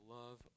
love